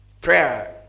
Prayer